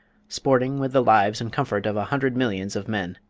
sporting with the lives and comfort of a hundred millions of men.